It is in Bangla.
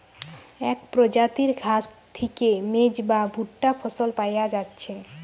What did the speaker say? এক প্রজাতির ঘাস থিকে মেজ বা ভুট্টা ফসল পায়া যাচ্ছে